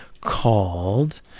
called